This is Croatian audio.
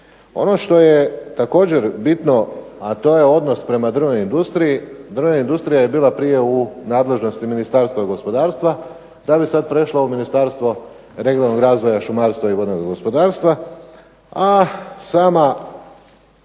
Ono što je također bitno, a to je odnos prema drvnoj industriji. Drvna industrija je bila prije u nadležnosti Ministarstva gospodarstva da bi sad prešla u Ministarstvo regionalnog razvoja, šumarstva i vodnoga gospodarstva. A sami